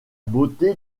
beauté